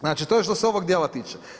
Znači to je što se ovog djela tiče.